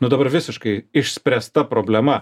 nu dabar visiškai išspręsta problema